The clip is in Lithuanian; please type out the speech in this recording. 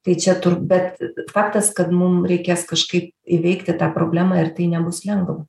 tai čia tur bet faktas kad mum reikės kažkaip įveikti tą problemą ir tai nebus lengva